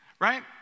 Right